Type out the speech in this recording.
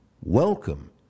Welcome